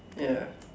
ya